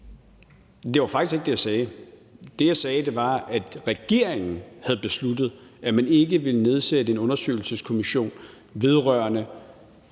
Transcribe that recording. Det var faktisk ikke det, jeg sagde. Det, jeg sagde, var, at regeringen havde besluttet, at man ikke ville nedsætte en undersøgelseskommission vedrørende